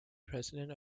president